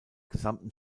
gesamten